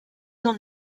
dans